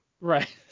Right